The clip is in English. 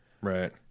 Right